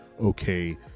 okay